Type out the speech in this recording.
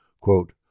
Quote